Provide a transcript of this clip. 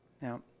now